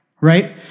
right